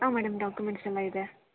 ಆಂ madam documents ಎಲ್ಲ ಇದೆ